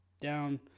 down